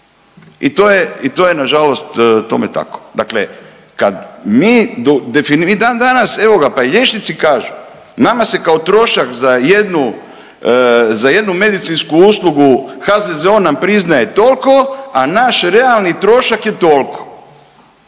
i to je nažalost tome tako. Dakle, kad mi i dan danas evo ga pa i liječnici kažu, nama se kao trošak za jednu, za jednu medicinsku uslugu HZZO nam priznaje toliko, a naš realni trošak je toliko,